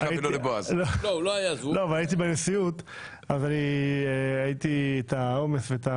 הייתי בנשיאות וראיתי את העומס.